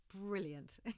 Brilliant